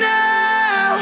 now